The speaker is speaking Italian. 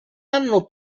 anno